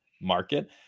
market